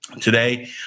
today